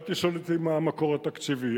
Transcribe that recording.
אל תשאל אותי מהו המקור התקציבי,